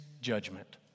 judgment